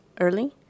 early